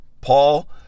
Paul